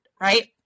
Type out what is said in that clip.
right